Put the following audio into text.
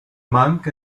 monk